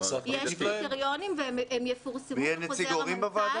יש קריטריונים והם יפורסמו בחוזר המנכ"ל.